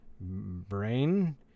brain